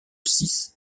six